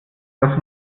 dass